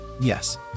Yes